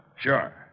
Sure